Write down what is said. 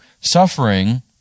suffering